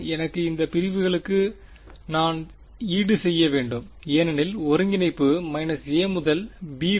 எனவே இந்த பிரிவுகளுக்கு நான் ஈடுசெய்ய வேண்டும் ஏனெனில் ஒருங்கிணைப்பு a முதல் b வரை